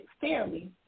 fairly